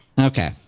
Okay